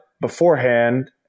beforehand